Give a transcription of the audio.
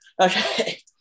Okay